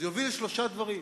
זה יוביל לשלושה דברים: